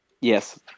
Yes